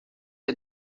est